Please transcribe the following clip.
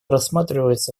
рассматривается